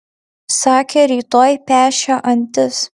sakė rytoj pešią antis